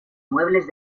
muebles